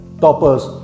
toppers